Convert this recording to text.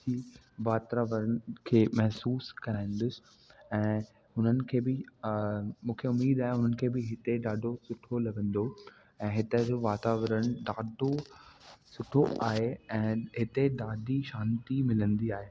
जी वातावरण खे महिसूसु कराईंदुसि ऐं हुननि खे बि मूंखे उमेदु आहे हुननि खे बि हिते ॾाढो सुठो लॻंदो ऐं हितां जो वातावरण ॾाढो सुठो आहे ऐं हिते ॾाढी शांती मिलंदी आहे